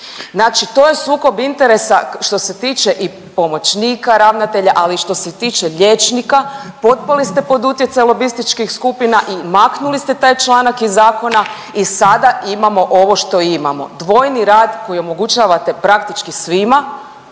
Znači to je sukob interesa što se tiče i pomoćnika ravnatelja, ali i što se tiče liječnika potpali ste pod utjecaj lobističkih skupina i maknuli ste taj članak iz zakona i sada imamo ovo što imamo, dvojni rad koji omogućavate praktički svima,